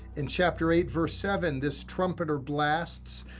in chapter eight, verse seven, this trumpeter blasts,